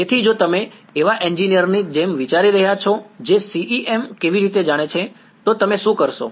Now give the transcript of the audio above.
તેથી જો તમે એવા એન્જિનિયરની જેમ વિચારી રહ્યા છો જે CEM કેવી રીતે જાણે છે તો તમે શું કરશો